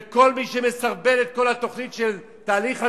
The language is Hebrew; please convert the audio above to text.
כל מי שמסרבל את כל התוכנית של תהליך השלום,